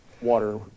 water